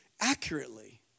accurately